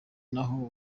naho